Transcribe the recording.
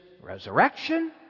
resurrection